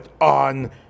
on